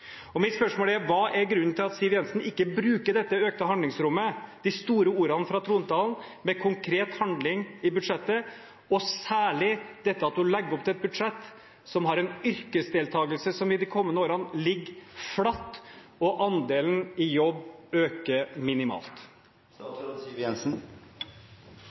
Mitt spørsmål er: Hva er grunnen til at Siv Jensen ikke bruker dette økte handlingsrommet – de store ordene fra trontalen – til konkret handling i budsjettet, særlig at hun legger opp til et budsjett som har en yrkesdeltakelse som i de kommende årene ligger flatt, og andelen i jobb øker minimalt?